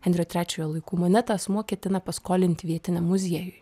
henrio trečiojo laikų monetą asmuo ketina paskolinti vietiniam muziejui